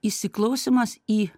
įsiklausymas į